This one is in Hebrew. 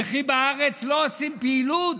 וכי בארץ לא עושים פעילות?